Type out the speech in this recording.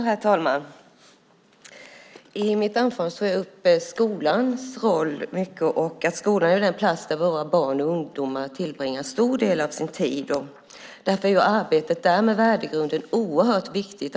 Herr talman! I mitt anförande uppehöll jag mig länge vid skolans roll. Skolan är ju den plats där våra barn och ungdomar tillbringar en stor del av sin tid. Därför är arbetet med värdegrunden oerhört viktigt.